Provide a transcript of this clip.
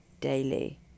daily